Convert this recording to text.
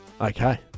Okay